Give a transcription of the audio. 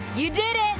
you did it!